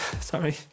Sorry